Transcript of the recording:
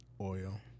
oil